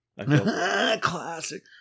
Classic